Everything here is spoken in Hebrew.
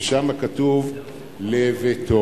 ושם כתוב "לביתו".